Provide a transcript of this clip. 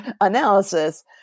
analysis